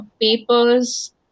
papers